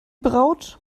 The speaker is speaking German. braut